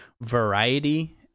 Variety